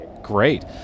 Great